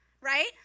right